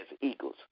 eagles